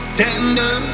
tender